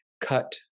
cut